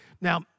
Now